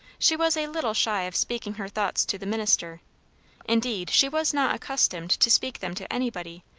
she was a little shy of speaking her thoughts to the minister indeed, she was not accustomed to speak them to anybody,